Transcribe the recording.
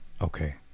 Okay